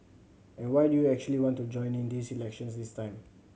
and why do you actually want to join in this elections this time